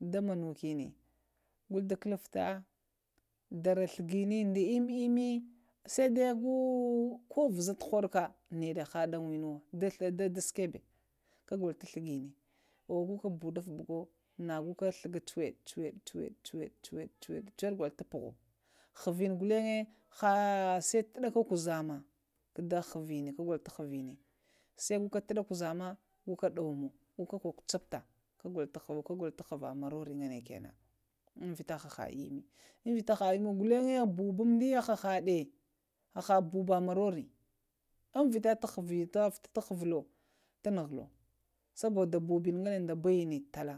da mankune gwe da kuluf ta, dara ghogoni da əmmə əmmə umnŋədiya ko vhaza tohoɗoka ha ɗa wenuwa, sai da sukweɓe agolo to ghlognə nago ka ɓuduf ɓugo na goka, nago ka ghngo cuwaɗe cuwaɗe cuwaɗe cuwaɗe golo tu puvo, ghvonə gollinze na sai tatuɗaka kuzama da ghavonə, sai go ka tuɗa kuzama, go ɗumo, goka cu-ku elfta kagolo ta ghva muna, va mororə ghgani kənən unaŋ vita haha əmmə, umŋ vita ha immiwa gulliŋ ghulnye ɓoɓomn əmmə, ɓoɓa morore hahaɗə, ɓoɓumnŋ ɓuɓura hahaɗe, umnŋ vita hahaɗə vita ta ghvolo ta muvolo, saboda ɓoɓonŋ da bajani tala.